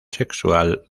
sexual